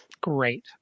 Great